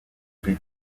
plus